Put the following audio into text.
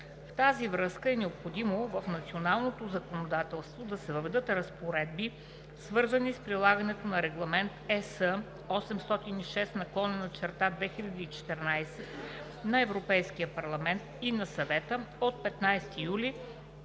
В тази връзка е необходимо в националното законодателство да се въведат разпоредби, свързани с прилагането на Регламент (ЕС) № 806/2014 на Европейския парламент и на Съвета от 15 юли